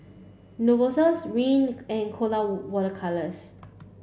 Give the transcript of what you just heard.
Novosource Rene and Colora water colours